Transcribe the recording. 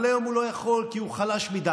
אבל היום הוא לא יכול, כי הוא חלש מדי.